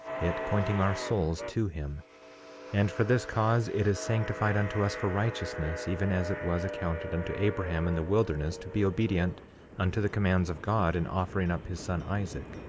it pointing our souls to him and for this cause it is sanctified unto us for righteousness, even as it was accounted unto abraham in the wilderness to be obedient unto the commands of god in offering up his son isaac,